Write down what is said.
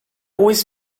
always